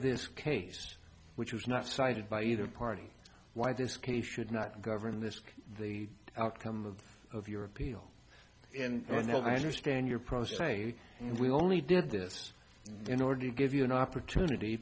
this case which was not cited by either party why this case should not govern this case the outcome of your appeal and then i understand your process a and we only did this in order to give you an opportunity